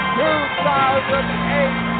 2008